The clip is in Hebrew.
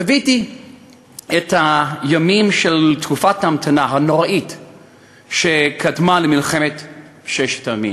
חוויתי את הימים של תקופת ההמתנה הנוראה שקדמה למלחמת ששת הימים,